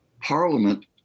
parliament